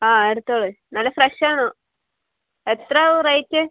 ആ എടുത്തോളീ നല്ല ഫ്രഷ് ആണോ എത്രയാവും റേറ്റ്